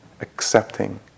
accepting